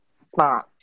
smart